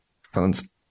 Phone's